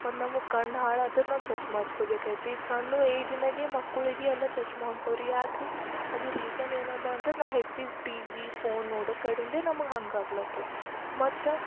ಮತ್ತು ನಮ್ಮ ಕಣ್ಣು ಹಾಳಾದ್ರೆ ನಾವು ಚೆಷ್ಮ ಹಚ್ಕೊಳ್ಬೇಕೈತಿ ಈಗ ಸಣ್ಣ ಏಜ್ನಾಗೆ ಮಕ್ಳಿಗೆ ಎಲ್ಲ ಚೆಷ್ಮ ಹೊಂಟವ್ರಿ ಯಾಕ್ರಿ ಅದು ರೀಸನ್ ಏನದ ಅಂದ್ರೆ ನಾವು ಹೆಚ್ಚಿಗೆ ಟಿವಿ ಫೋನ್ ನೋಡೋ ಕಡಿಣ್ದೆರ್ ನಮ್ಮ ಹಂಗೆ ಆಗ್ಲಾತ್ತದ ಮತ್ತು